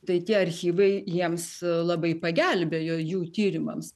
tai tie archyvai jiems labai pagelbėjo jų tyrimams